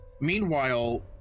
Meanwhile